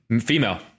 Female